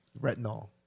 Retinol